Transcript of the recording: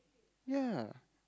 ya